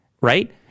right